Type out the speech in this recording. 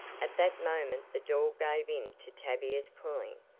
at that moment the door gave in to tavia's pulling,